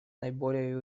наиболее